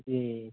जी